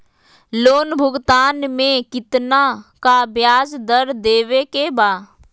Loan भुगतान में कितना का ब्याज दर देवें के बा?